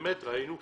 ראינו פשלה.